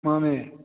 ꯃꯥꯅꯦ